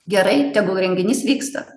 gerai tegul renginys vyksta